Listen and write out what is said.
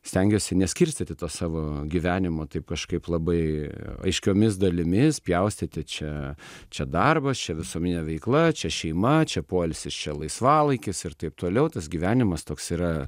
stengiuosi neskirstyti to savo gyvenimo taip kažkaip labai aiškiomis dalimis pjaustyti čia čia darbas čia visuomeninė veikla čia šeima čia poilsis čia laisvalaikis ir taip toliau tas gyvenimas toks yra